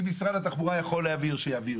אם משרד התחבורה יכול להעביר שיעביר.